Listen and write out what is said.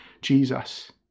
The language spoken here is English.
Jesus